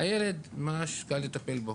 הילד ממש קל לטפל בו.